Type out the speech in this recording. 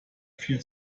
viel